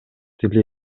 тили